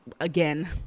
again